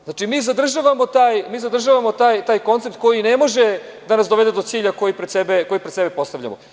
Znači, mi zadržavamo taj koncept koji ne može da nas dovede do cilja koji pred sebe postavljamo.